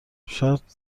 شاید